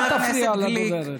אל תפריע לדוברת.